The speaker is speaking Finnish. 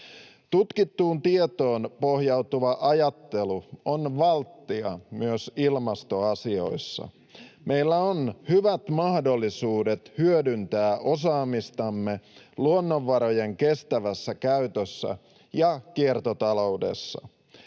Tutkittuun tietoon pohjautuva ajattelu on valttia myös ilmastoasioissa. Meillä on hyvät mahdollisuudet hyödyntää osaamistamme luonnonvarojen kestävässä käytössä ja kiertotaloudessa.